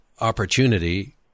opportunity